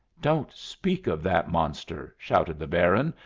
don't speak of that monster! shouted the baron,